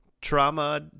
trauma